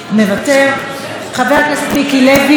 מוותר; חבר הכנסת מיקי לוי,